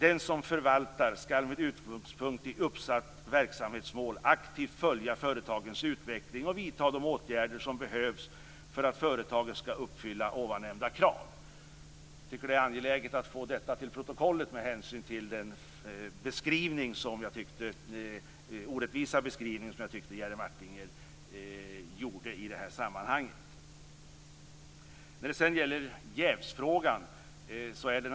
Den som förvaltar skall med utgångspunkt i uppsatt verksamhetsmål aktivt följa företagens utveckling och vidta de åtgärder som behövs för att företagen skall uppfylla ovannämnda krav." Det är med hänsyn till den orättvisa beskrivning som Jerry Martinger framförde i sammanhanget angeläget att få detta till protokollet.